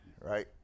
right